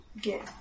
get